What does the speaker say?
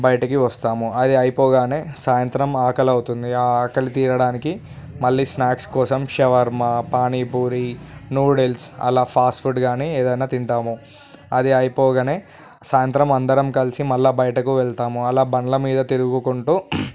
బయటికి వస్తాము అది అయిపోగానే సాయంత్రం ఆకలవుతుంది ఆ ఆకలి తీరడానికి మళ్ళీ స్నాక్స్ కోసము షవర్మా పానీపూరి నూడిల్స్ అలా ఫాస్ట్ ఫుడ్ కాని ఏదైనా తింటాము అది అయిపోగానే సాయంత్రం అందరం కలిసి మళ్ళీ బయటికి వెళ్తాము అలా బండ్ల మీద తిరుగుకుంటూ